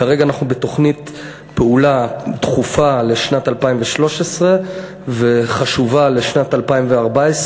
כרגע אנחנו בתוכנית פעולה דחופה לשנת 2013 וחשובה לשנת 2014,